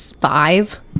five